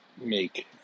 make